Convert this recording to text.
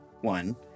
One